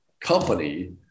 company